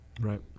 right